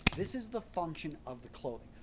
this is the function of the clothing.